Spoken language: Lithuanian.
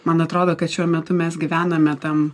man atrodo kad šiuo metu mes gyvename tam